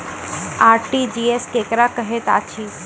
RTGS केकरा कहैत अछि?